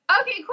Okay